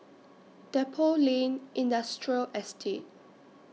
Depot Lane Industrial Estate